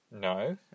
No